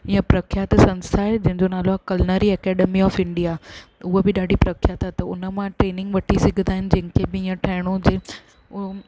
इहा प्रख्यात संस्था आहे जंहिंजो नालो आहे कलनरी एकैड्मी ऑफ इंडिया उहा बि ॾाढी प्रख्यात आहे त हुन मां ट्रेनिंग वठी सघंदा आहिनि जंहिंखे बि इहा ठहिणो हुजे उहो